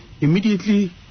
immediately